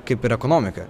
kaip ir ekonomika